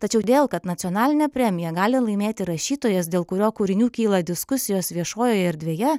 tačiau dėl kad nacionalinę premiją gali laimėti rašytojas dėl kurio kūrinių kyla diskusijos viešojoje erdvėje